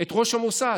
את ראש המוסד